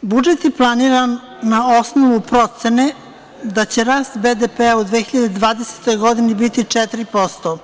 Budžet je planiran na osnovu procene da će rast BDP u 2020. godini biti 4%,